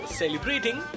celebrating